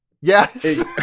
Yes